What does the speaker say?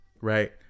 right